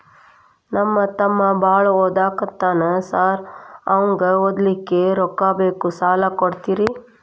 ನಮ್ಮ ತಮ್ಮ ಬಾಳ ಓದಾಕತ್ತನ ಸಾರ್ ಅವಂಗ ಓದ್ಲಿಕ್ಕೆ ರೊಕ್ಕ ಬೇಕು ಸಾಲ ಕೊಡ್ತೇರಿ?